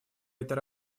этой